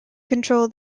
control